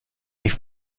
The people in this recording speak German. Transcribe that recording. ich